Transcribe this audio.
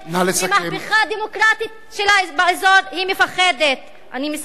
ממהפכה דמוקרטית באזור היא מפחדת, אני מסיימת,